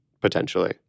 potentially